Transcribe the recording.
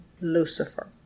Lucifer